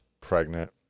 pregnant